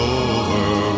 over